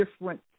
different